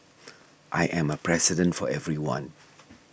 I am a President for everyone